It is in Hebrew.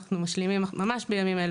אנחנו משלימים ממש בימים אלה,